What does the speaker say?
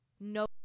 no